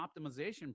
optimization